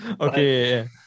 Okay